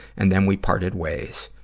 and then we parted ways.